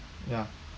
ya